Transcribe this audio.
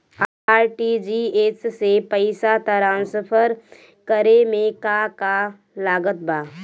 RTGS से पईसा transfer करे मे का का लागत बा?